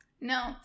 No